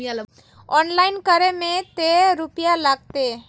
Online करे में ते रुपया लगते?